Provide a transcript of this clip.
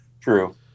True